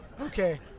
Okay